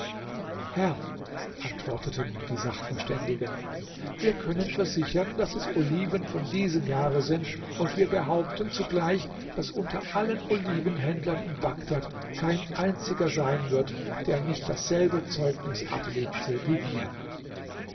herr antworteten die sachverständigen wir können versichern daß es oliven von diesem jahre sind und wir behaupten zugleich daß unter allen olivenhändlern in bagdad kein einziger sein wird der nicht dasselbe zeugnis ablegte wie wir